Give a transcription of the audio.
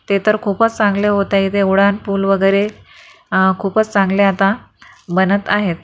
ते तर खूपच चांगले होत आहे ते उड्डाणपूल वगैरे खूपच चांगले आता बनत आहेत